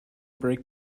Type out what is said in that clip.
break